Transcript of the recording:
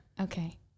Okay